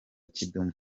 kidum